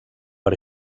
per